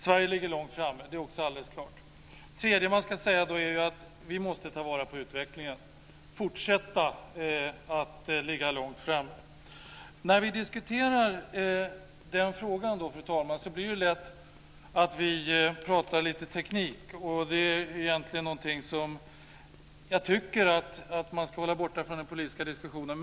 Sverige ligger långt framme. Det är också alldeles klart. Det tredje man ska säga är att vi måste ta vara på utvecklingen och fortsätta att ligga långt framme. När vi diskuterar den frågan, fru talman, blir det lätt att vi pratar lite teknik. Det är egentligen någonting som jag tycker att man ska hålla borta från den politiska diskussionen.